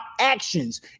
actions